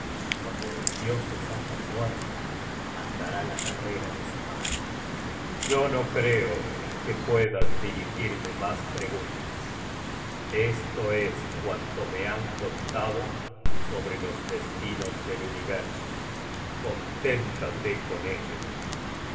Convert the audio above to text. cuando los dioses hayan muerto andará la carrera de su madre yo no creo que puedas dirigirme mas preguntas esto es cuanto me han contado sobre los destinos del universo conténtate con ello